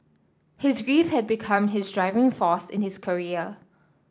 his grief had become his driving force in his career